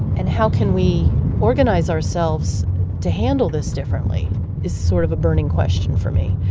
and how can we organize ourselves to handle this differently is sort of a burning question for me.